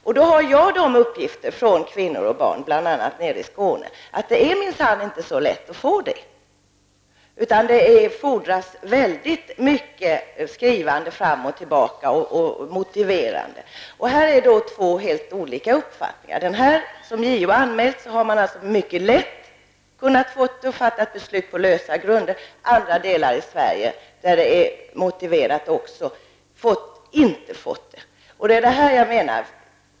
Och det är minsann inte så lätt att få det heller, enligt de uppgifter jag har från kvinnor och barn bl.a. nere i Skåne. Det fordras mycket skrivande och motiverande fram och tillbaka. Här har vi två helt olika uppfattningar. Enligt JO har beslut mycket lätt kunnat fattas på lösa grunder. I andra delar av Sverige har man inte fått ansökan beviljad, även om det varit motiverat.